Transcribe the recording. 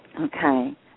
Okay